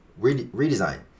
redesign